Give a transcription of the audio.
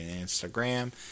Instagram